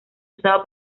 usado